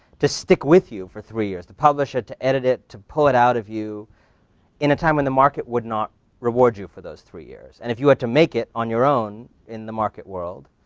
to stick with you for three years to publish it, to edit it, to pull it out of you in a time when the market would not reward you for those three years. and if you had to make it on your own in the market world,